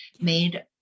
made